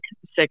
six